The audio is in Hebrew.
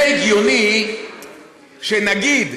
זה הגיוני שנגיד,